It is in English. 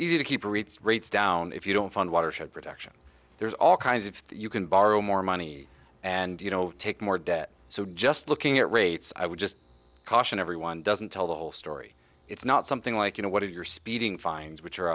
easy to keep rates rates down if you don't fund watershed production there's all kinds of you can borrow more money and you know take more debt so just looking at rates i would just caution everyone doesn't tell the whole story it's not something like you know what if you're speeding fines which are